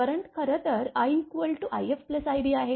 current खरं तर i ifib आहे